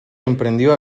emprendió